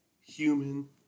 human